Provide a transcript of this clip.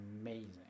amazing